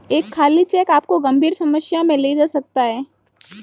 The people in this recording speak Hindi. एक खाली चेक आपको गंभीर समस्या में ले जा सकता है